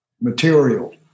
material